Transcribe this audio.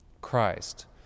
Christ